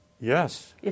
Yes